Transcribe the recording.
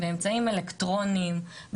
באמצעים אלקטרונים,